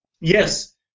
yes